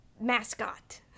mascot